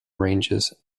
ranges